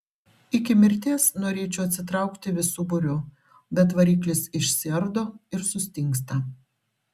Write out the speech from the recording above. iki mirties norėčiau atsitraukti visu būriu bet variklis išsiardo ir sustingsta